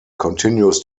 continues